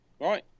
right